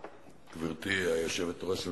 גברתי היושבת-ראש,